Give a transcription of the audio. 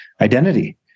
identity